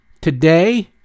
Today